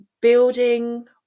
building